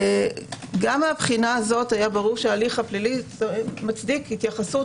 גם מבחינה זו היה ברור שההליך הפלילי מצדיק התייחסות